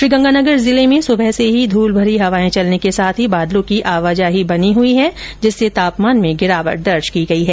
श्रीगंगानगर जिले में सुबह से ही धूलभरी हवाएं चलने के साथ ही बादलों की आवाजाही बनी हुई है जिससे तापमान में गिरावट दर्ज की गई है